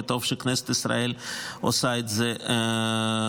וטוב שכנסת ישראל עושה את זה ביחד.